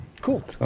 Cool